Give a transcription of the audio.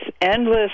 endless